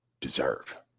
deserve